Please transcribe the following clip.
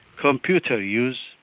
computer use,